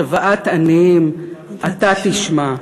שועת עניים אתה תשמע,